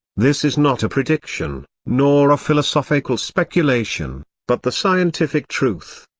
this is not a prediction, nor a philosophical speculation, but the scientific truth.